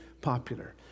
popular